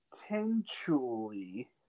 potentially